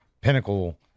pinnacle